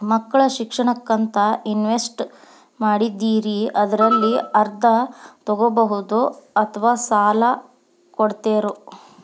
ಮಕ್ಕಳ ಶಿಕ್ಷಣಕ್ಕಂತ ಇನ್ವೆಸ್ಟ್ ಮಾಡಿದ್ದಿರಿ ಅದರಲ್ಲಿ ಅರ್ಧ ತೊಗೋಬಹುದೊ ಅಥವಾ ಸಾಲ ಕೊಡ್ತೇರೊ?